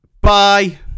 Bye